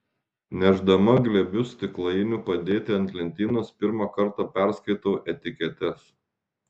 nešdama glėbius stiklainių padėti ant lentynos pirmą kartą perskaitau etiketes